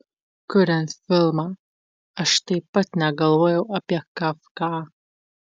kuriant filmą aš taip pat negalvojau apie kafką